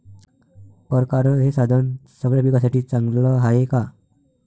परकारं हे साधन सगळ्या पिकासाठी चांगलं हाये का?